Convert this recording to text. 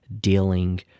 dealing